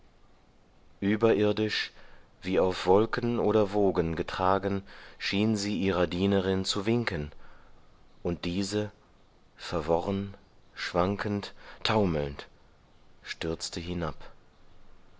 überirdisch wie auf wolken oder wogen getragen schien sie ihrer dienerin zu winken und diese verworren schwankend taumelnd stürzte hinab